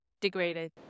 degraded